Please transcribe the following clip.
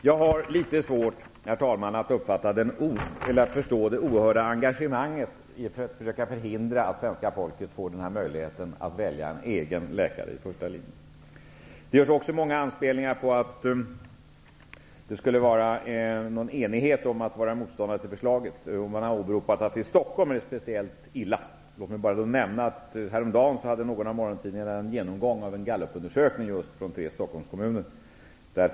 Jag har litet svårt, herr talman, att förstå det oerhörda engagemanget i att försöka förhindra att svenska folket skall få möjligheten att välja en egen läkare. Det görs också många anspelningar om att det finns en enighet bland motståndarna till förslaget. Man har åberopat att det är speciellt illa i Stockholm. Jag vill nämna att häromdagen hade en av morgontidningarna en genomgång av en Stockholmskommuner.